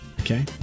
Okay